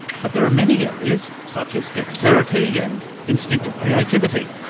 but there are many areas, such as dexterity and instinctive creativity,